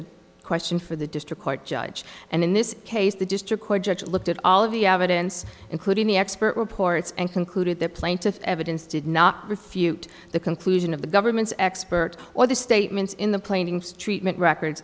a question for the district court judge and in this case the district court judge looked at all of the evidence including the expert reports and concluded that plaintiff's evidence did not refute the conclusion of the government's expert or the statements in the plaintiff's treatment records